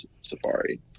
safari